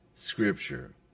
Scripture